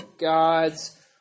God's